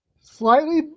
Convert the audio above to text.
slightly